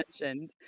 mentioned